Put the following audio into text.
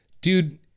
Dude